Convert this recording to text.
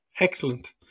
Excellent